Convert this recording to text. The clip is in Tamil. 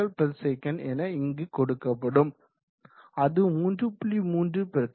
3 literssec என இங்கு கொடுக்கப்படும் அது 3